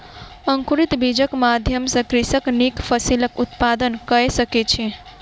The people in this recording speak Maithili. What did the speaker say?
अंकुरित बीजक माध्यम सॅ कृषक नीक फसिलक उत्पादन कय सकै छै